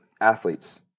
athletes